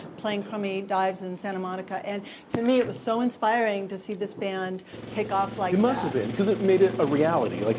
playing crummy dives in santa monica. and to me it was so inspiring to see this band take off like it must of been. because it made it a reality, like